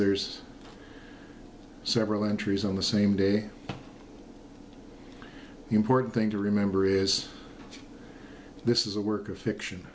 there's several entries on the same day the important thing to remember is this is a work of fiction